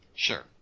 Sure